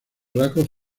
rasgos